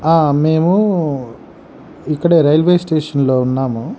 ఆ మేము ఇక్కడే రైల్వే స్టేషన్లో ఉన్నాము